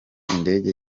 indege